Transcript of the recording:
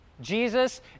Jesus